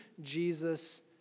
Jesus